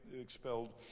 expelled